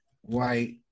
white